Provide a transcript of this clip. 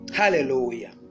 hallelujah